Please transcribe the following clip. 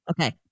okay